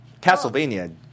Castlevania